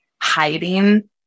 hiding